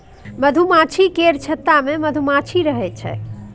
मधुमाछी केर छत्ता मे मधुमाछी रहइ छै